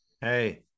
Hey